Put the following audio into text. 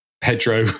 Pedro